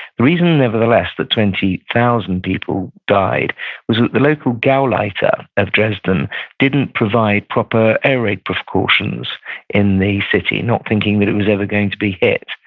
the reason, nevertheless, that twenty thousand people died was that the local gauleiter of dresden didn't provide proper air raid precautions in the city, not thinking that it was ever going to be hit.